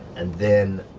and then,